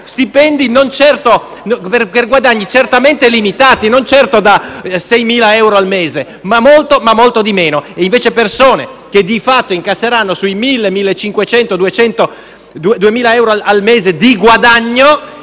di più, per guadagni certamente limitati, non certo da 6.000 euro al mese, ma molto inferiori. Invece, a persone che di fatto incasseranno dai 1.500 ai 2.000 al mese di guadagno